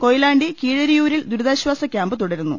കൊയിലാണ്ടി കീഴരിയൂരിൽ ദുരിതാശ്വാസ ക്യാംപ് തുടരുന്നു